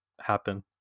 happen